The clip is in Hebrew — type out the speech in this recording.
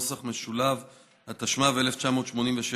התשמ"ו 1986,